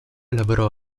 lavorò